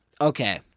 okay